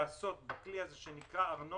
להיעשות בכלי הזה שנקרא ארנונה,